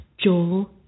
Joel